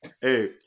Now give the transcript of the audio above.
Hey